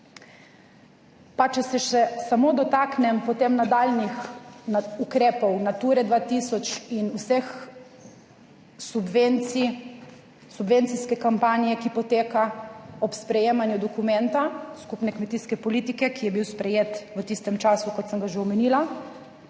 Pa če se še samo dotaknem, potem nadaljnjih ukrepov Nature 2000 in vseh subvencij, subvencijske kampanje, ki poteka ob sprejemanju dokumenta skupne kmetijske politike, ki je bil sprejet v tistem času, kot sem ga že omenila.